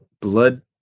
blood